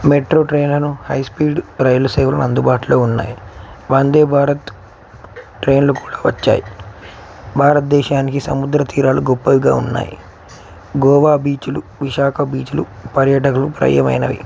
metro ట్రైన్లు high speed రైలు సేవలు అందుబాటులో ఉన్నాయి వందే భారత్ ట్రైన్లు కూడా వచ్చాయి భారతదేశానికి సముద్ర తీరాలు గొప్పగా ఉన్నాయి గోవా బీచ్లు విశాఖ బీచ్లు పర్యటకులకు ప్రియమైనవి